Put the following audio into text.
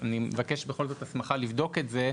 אני מבקש, בכל זאת, הסמכה לבדוק את זה.